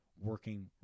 working